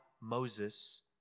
Moses